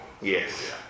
yes